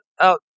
out